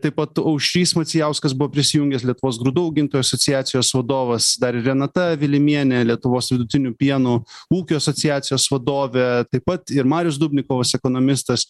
taip pat aušrys macijauskas buvo prisijungęs lietuvos grūdų augintojų asociacijos vadovas dar ir renata vilimienė lietuvos vidutinių pienų ūkių asociacijos vadovė taip pat ir marius dubnikovas ekonomistas